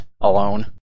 alone